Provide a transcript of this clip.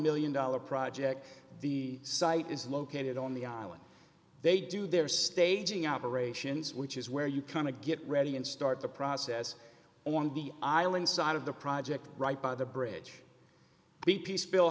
million dollars project the site is located on the island they do their staging operations which is where you kind of get ready and start the process on the island side of the project right by the bridge b p spill